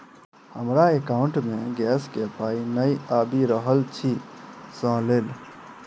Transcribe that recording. हमरा एकाउंट मे गैस केँ पाई नै आबि रहल छी सँ लेल?